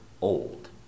old